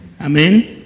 Amen